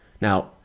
Now